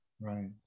right